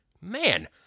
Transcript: Man